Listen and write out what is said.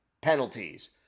penalties